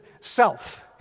self